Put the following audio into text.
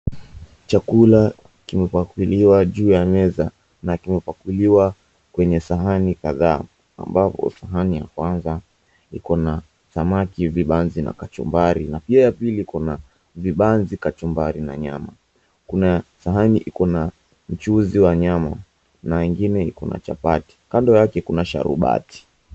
Chakula kimepakuliwa juu ya meza na kimepakuliwa kwenye sahani kadhaa. Ambapo sahani ya kwanza iko na samaki, vibanzi na kachumbari. Na pia ya pili kuna vibanzi, kachumbari na nyama. Kuna sahani iko na mchuzi wa nyama na wengine kuna chapati. Kando yake kuna sharubati.